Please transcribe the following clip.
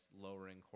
lowering